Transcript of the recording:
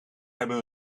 hebben